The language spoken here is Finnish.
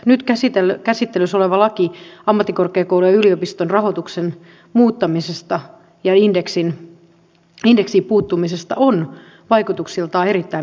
nyt käsittelyssä oleva laki ammattikorkeakoulujen ja yliopiston rahoituksen muuttamisesta ja indeksiin puuttumisesta on vaikutuksiltaan erittäin merkittävä